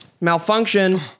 Malfunction